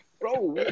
bro